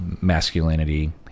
masculinity